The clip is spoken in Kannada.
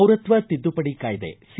ಪೌರತ್ವ ತಿದ್ದುಪಡಿ ಕಾಯ್ದೆ ಸಿ